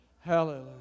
Hallelujah